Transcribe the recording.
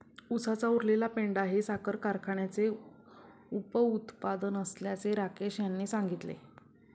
उसाचा उरलेला पेंढा हे साखर कारखान्याचे उपउत्पादन असल्याचे राकेश यांनी सांगितले